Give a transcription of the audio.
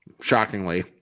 Shockingly